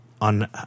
on